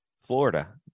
Florida